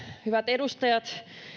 hyvät edustajat